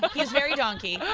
but he's very donkey.